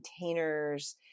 containers